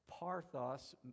Parthos